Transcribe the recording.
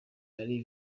ari